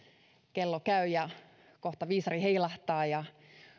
kello käy ja kohta viisari heilahtaa ja